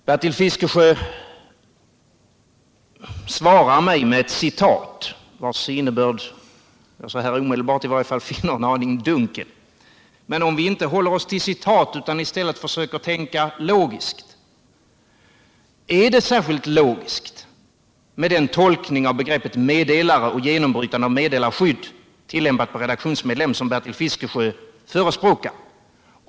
Bertil Fiskesjö svarade mig med ett citat, vars innebörd jag så här omedelbart finner en aning dunkel. Men om vi inte håller oss till citat utan i stället försöker tänka logiskt vill jag fråga: Är det särskilt logiskt med den tolkning av begreppet meddelare och genombrytande av meddelarskydd tillämpat på redaktionsmedlem som Bertil Fiskesjö förespråkar?